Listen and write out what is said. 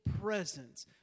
presence